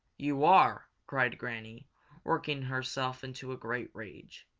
you are! cried granny working herself into a great rage.